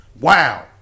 wow